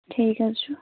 ٹھیٖک حظ چھُ